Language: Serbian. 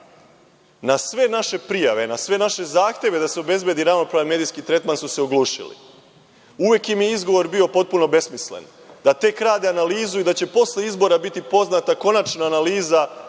sve naše prijave, na sve naše zahteve da se obezbedi ravnopravan medijski tretman su se oglušili. Uvek im je izgovor bio potpuno besmislen, da tek rade analizu i da će posle izbora biti poznata konačna analiza